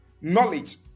knowledge